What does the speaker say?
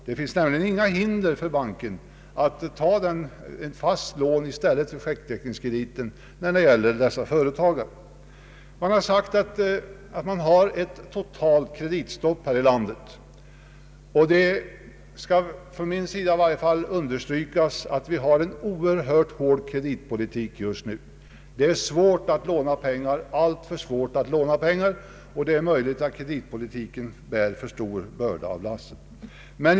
Det finns nämligen inga hinder för banken att i stället för checkräkningskredit ge fasta lån till de företag det här gäller. Det har sagts att vi har ett totalt kreditstopp här i landet, och jag understryker att vi har en oerhört hård kreditpolitik just nu. Det är alltför svårt att låna pengar, och det är möjligt att kreditpolitiken får bära för stor del av lasset.